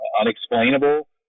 unexplainable